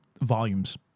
Volumes